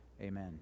Amen